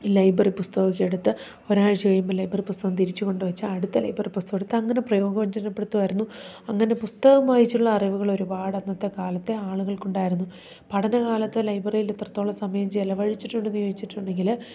ഈ ലൈബ്രറി പുസ്തകമൊക്കെ എടുത്ത് ഒരാഴ്ച കഴിയുമ്പോൾ ലൈബ്രറി പുസ്തകം തിരിച്ചു കൊണ്ട് വെച്ച് അടുത്ത ലൈബ്രറി പുസ്തകം എടുത്ത് അങ്ങനെ പ്രയോജനപ്പെടുത്തുമായിരുന്നു അങ്ങനെ പുസ്തകം വായിച്ചുള്ള അറിവുകൾ ഒരുപാട് അന്നത്തെ കാലത്തെ ആളുകൾക്കുണ്ടായിരുന്നു പഠനകാലത്ത് ലൈബ്രറിയിൽ ഇത്രത്തോളം സമയം ചിലവഴിച്ചിട്ടുണ്ടെന്നു ചോദിച്ചിട്ടുണ്ടെങ്കിൽ